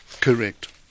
Correct